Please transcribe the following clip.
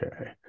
Okay